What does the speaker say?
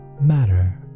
matter